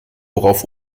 worauf